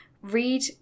read